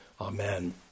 Amen